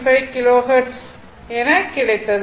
475 kilo hertz எனக் கிடைத்தது